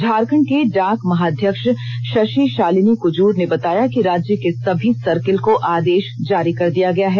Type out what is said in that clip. झारखण्ड की डाक महाअध्यक्ष षषि षालिनी कजुर ने बताया कि राज्य के सभी सर्किल को आदेष जारी कर दिया गया है